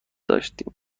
داشتیم